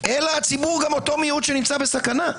אלא גם אותו מיעוט שנמצא בסכנה.